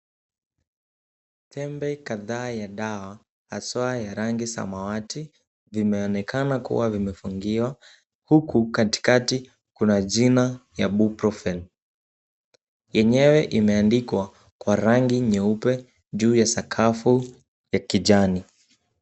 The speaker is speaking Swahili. Tembe kadhaa ya dawa haswa ya rangi samawati vimeonekana kuwa vimefungiwa huku katikati kuna jina ya ibuprofen. Yenyewe imeandikwa kwa rangi nyeupe juu ya sakafu ya kijani.